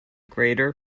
greater